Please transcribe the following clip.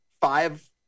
five